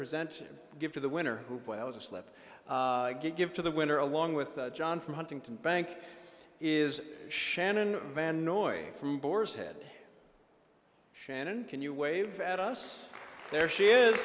present give to the winner who when i was a slip give to the winner along with john from huntington bank is shannon van noyo from boar's head shannon can you wave at us there she is